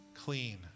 clean